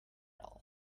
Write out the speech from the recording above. all